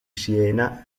siena